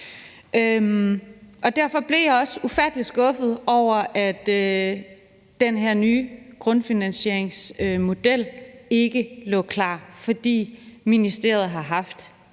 derfor blev jeg også ufattelig skuffet over, at den her nye grundfinansieringsmodel ikke lå klar. For ministeriet har som